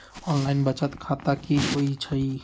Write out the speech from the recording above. Online बचत खाता की होई छई?